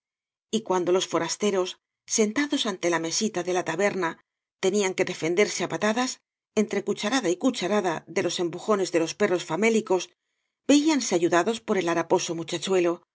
y cuando ios forasteros sentados ante la mesita de la taberna tenían que defenderse á patadas entre cucharada y cucharada de los empujones de loe perros famélicos veíanse ayudados por el haraposo